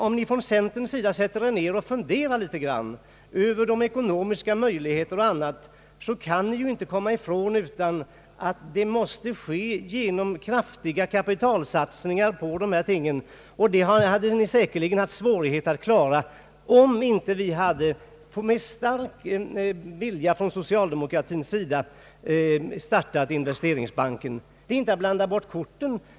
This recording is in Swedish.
Om ni från centerns sida sätter er ner och funderar litet grand över ekonomiska möjligheter och annat, så måste ni ju inse att det förutsätter — kraftiga kapitalinsatser. Och det hade ni säkerligen haft svårighet att klara, om vi inte med stark vilja från socialdemokratins sida startat Investeringsbanken. Det är inte att blanda bort korten.